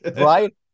right